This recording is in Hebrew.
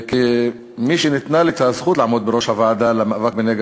כמי שניתנה לו הזכות לעמוד בראש הוועדה למאבק בנגע